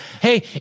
Hey